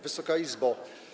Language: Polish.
Wysoka Izbo!